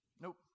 Nope